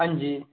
हांजी